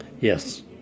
Yes